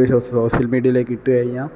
video social മീഡിയയിലേക്ക് ഇട്ടു കഴിഞ്ഞാൽ